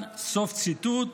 סוף ציטוט.